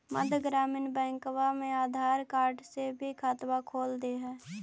मध्य ग्रामीण बैंकवा मे आधार कार्ड से भी खतवा खोल दे है?